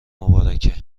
مبارکه